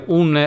un